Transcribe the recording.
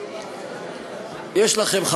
יש לכם,